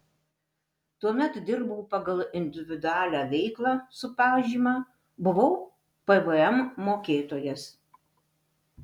tuomet dirbau pagal individualią veiklą su pažyma buvau pvm mokėtojas